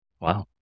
Wow